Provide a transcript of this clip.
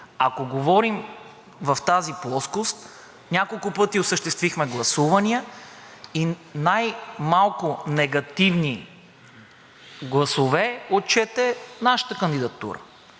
Ако говорим в тази плоскост, няколко пъти осъществихме гласувания и най-малко негативни гласове отчете нашата кандидатура,